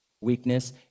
weakness